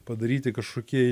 padaryti kažkokie